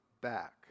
back